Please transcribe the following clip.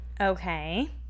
Okay